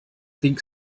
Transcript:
think